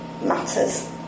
matters